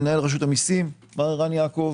למנהל רשות המיסים מר רן יעקב.